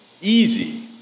easy